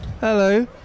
Hello